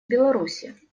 беларуси